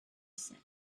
said